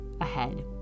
ahead